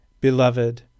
Beloved